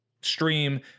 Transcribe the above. stream